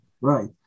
right